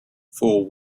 fore